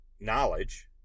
knowledge